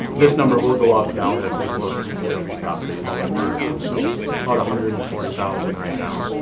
this number will go up now that we have those dpw properties going back on. and so about one hundred and forty thousand right now.